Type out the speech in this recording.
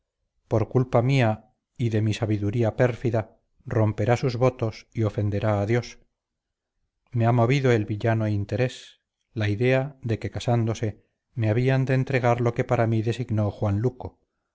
por culpa mía y de mi sabiduría pérfida romperá sus votos y ofenderá a dios me ha movido el villano interés la idea de que casándose me habían de entregar lo que para mí designó juan luco